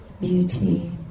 beauty